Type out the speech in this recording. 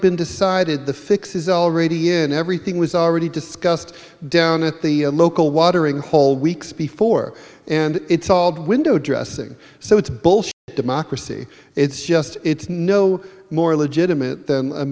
been decided the fix is already in everything was already discussed down at the local watering hole weeks before and it's all been window dressing so it's both democracy it's just it's no more legitimate than a